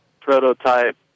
prototype